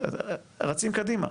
רצים קדימה.